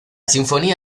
sinfonía